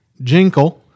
Jinkle